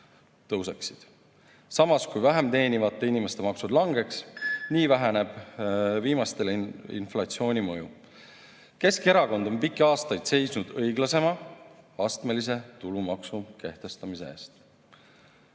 tõuseksid, samas kui vähem teenivate inimeste makstud langeksid. Nii väheneb viimastele inflatsiooni mõju. Keskerakond on pikki aastaid seisnud õiglasema, astmelise tulumaksu kehtestamise eest.